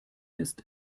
ist